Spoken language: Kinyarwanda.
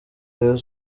rayon